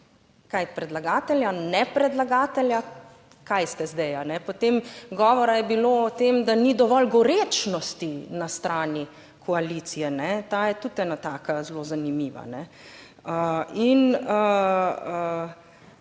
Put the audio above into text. - predlagatelja, nepredlagatelja. Kaj ste zdaj? Potem govora je bilo o tem, da ni dovolj gorečnosti na strani koalicije. Ta je tudi ena taka zelo zanimiva. In